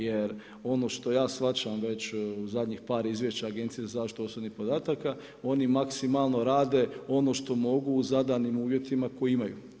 Jer, ono što ja shvaćam već u zadnjih par izvješća Agenciji za zaštitu osobnih podataka oni maksimalno rade ono što mogu u zadanim uvjetima koji imaju.